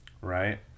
right